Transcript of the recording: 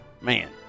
man